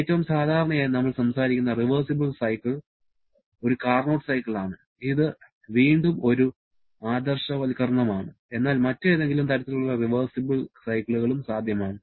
ഏറ്റവും സാധാരണയായി നമ്മൾ സംസാരിക്കുന്ന റിവേർസിബിൾ സൈക്കിൾ ഒരു കാർനോട്ട് സൈക്കിളാണ് ഇത് വീണ്ടും ഒരു ആദർശവൽക്കരണമാണ് എന്നാൽ മറ്റേതെങ്കിലും തരത്തിലുള്ള റിവേർസിബിൾ സൈക്കിളുകളും സാധ്യമാണ്